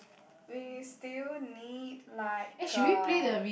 we still need like a